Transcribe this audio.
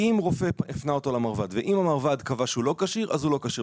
אם רופא הפנה אותו למרב"ד ואם המרב"ד קבע שהוא לא כשיר אז הוא לא כשיר,